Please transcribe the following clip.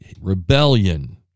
rebellion